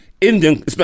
Indian